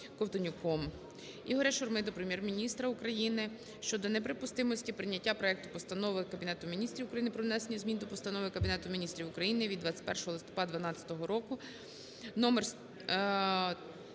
Ковтонюком П.А. Ігоря Шурми до Прем'єр-міністра України щодо неприпустимості прийняття проекту постанови КМУ "Про внесення змін до Постанови Кабінету Міністрів України від 21 листопада 2012 року